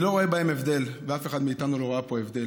אני לא רואה ביניהם הבדל ואף אחד מאיתנו לא ראה פה הבדל,